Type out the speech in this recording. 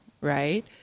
Right